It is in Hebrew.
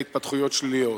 והתפתחויות שליליות.